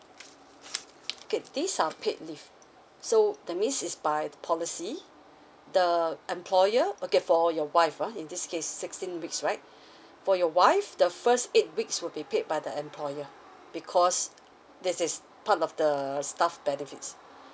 okay these are paid leave so that means is by policy the employer okay for your wife ah in this case sixteen weeks right for your wife the first eight weeks will be paid by the employer because that is part of the staff benefits